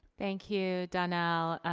thank you donnell,